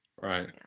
Right